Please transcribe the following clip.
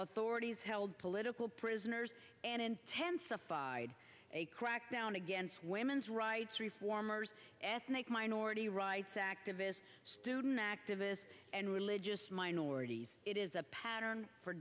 elections held political prisoners and intensified a crackdown against women's rights reformers ethnic minority rights activists student activists and religious minorities it is a pattern for